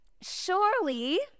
Surely